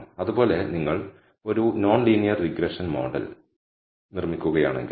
അതുപോലെ നിങ്ങൾ ഒരു നോൺ ലീനിയർ റിഗ്രഷൻ മോഡൽ നിർമ്മിക്കുകയാണെങ്കിൽ